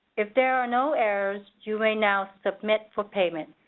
if there are no errors, you may now submit for payment.